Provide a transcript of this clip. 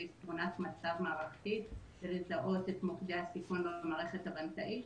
תמונת מצב מערכתית ולזהות את מוקדי הסיכון במערכת הבנקאית.